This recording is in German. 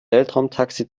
weltraumtaxi